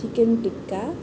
chicken tikka